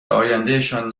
آیندهشان